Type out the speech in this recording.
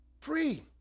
free